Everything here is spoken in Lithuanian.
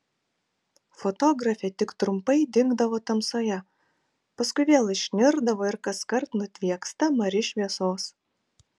fotografė tik trumpai dingdavo tamsoje paskui vėl išnirdavo ir kaskart nutvieksta mari šviesos